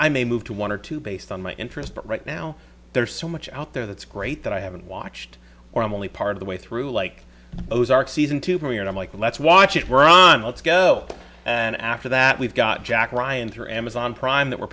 i may move to one or two based on my interest but right now there's so much out there that's great that i haven't watched or i'm only part of the way through like ozark season two going and i'm like let's watch it we're on let's go and after that we've got jack ryan through amazon prime that we're